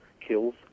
kills